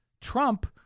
Trump